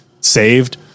saved